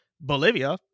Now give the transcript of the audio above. bolivia